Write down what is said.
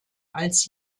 als